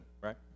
right